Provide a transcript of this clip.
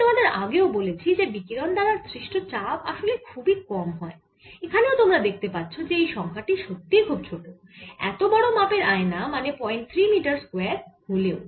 আমি তোমাদের আগেও বলেছি যে বিকিরণ দ্বারা সৃষ্ট চাপ আসলে খুবই কম হয় এখানেও তোমরা দেখতে পাচ্ছো যে এই সংখ্যা টি সত্যি খুবই ছোট এত বড় মাপের আয়না মানে 03 মিটার স্কয়ার হলেও